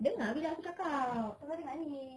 dengar bila aku cakap